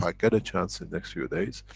um get a chance in next few days,